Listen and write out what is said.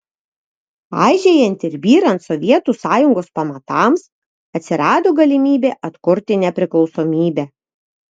aižėjant ir byrant sovietų sąjungos pamatams atsirado galimybė atkurti nepriklausomybę